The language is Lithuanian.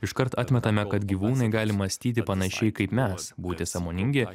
iškart atmetame kad gyvūnai gali mąstyti panašiai kaip mes būti sąmoningi